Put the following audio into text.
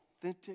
authentic